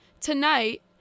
Tonight